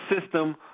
system